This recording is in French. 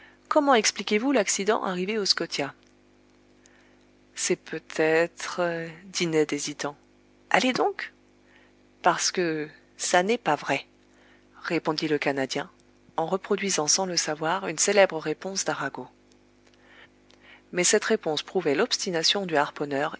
comment expliquez-vous l'accident arrivé au scotia c'est peut-être dit ned hésitant allez donc parce que ça n'est pas vrai répondit le canadien en reproduisant sans le savoir une célèbre réponse d'arago mais cette réponse prouvait l'obstination du harponneur